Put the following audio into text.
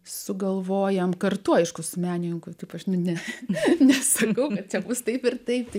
sugalvojam kartu aišku su menininku taip aš ne nesakau kad čia bus taip ir taip